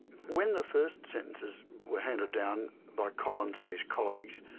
when the first sentences were handed down by collins and his colleagues,